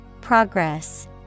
Progress